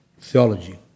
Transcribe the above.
theology